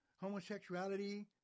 homosexuality